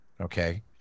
okay